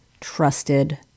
trusted